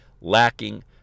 lacking